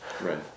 Right